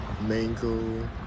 mango